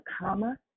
comma